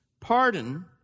pardon